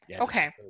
Okay